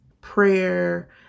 prayer